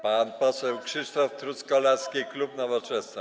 Pan poseł Krzysztof Truskolaski, klub Nowoczesna.